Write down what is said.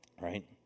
right